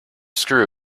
screw